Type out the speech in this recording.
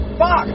Fuck